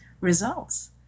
results